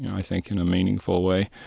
i think, in a meaningful way.